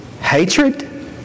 hatred